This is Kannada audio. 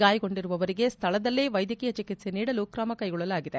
ಗಾಯಗೊಂಡಿರುವವರಿಗೆ ಸ್ಥಳದಲ್ಲೇ ವೈದ್ಯಕೀಯ ಚಿಕಿತ್ಪೆ ನೀಡಲು ಕ್ರಮಕ್ಯೆಗೊಳ್ಳಲಾಗಿದೆ